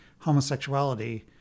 homosexuality